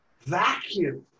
vacuum